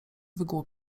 wygłu